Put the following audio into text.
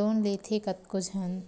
loan लेथे कतको झन